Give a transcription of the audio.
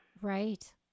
Right